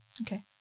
okay